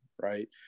right